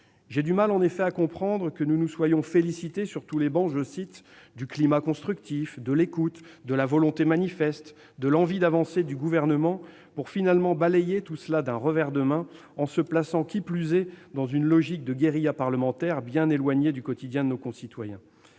J'ai du mal en effet à comprendre que nous nous soyons félicités, sur toutes les travées, du « climat constructif », de l'« écoute », de la « volonté manifeste », de l'« envie d'avancer » du Gouvernement, pour finalement balayer tout cela d'un revers de main, en nous plaçant qui plus est dans une logique de guérilla parlementaire bien éloignée du quotidien de nos concitoyens.